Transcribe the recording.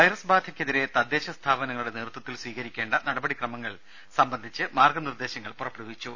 virus ബാധയ്ക്കെതിരെ തദ്ദേശ സ്ഥാപനങ്ങളുടെ നേതൃത്വത്തിൽ സ്വീകരിക്കേണ്ട നടപടി ക്രമങ്ങൾ സംബന്ധിച്ച് മാർഗ്ഗ നിർദേശങ്ങൾ പുറപ്പെടുവിച്ചു